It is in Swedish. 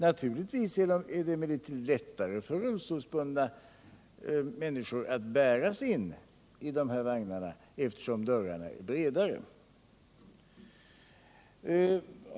Naturligtvis är det lättare för rullstolsbundna människor att bäras in i de här vagnarna, eftersom dörrarna är bredare.